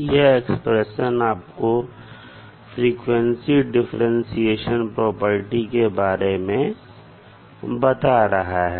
यह एक्सप्रेशन आपको frequency differentiation property के बारे में बता रहा है